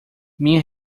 minha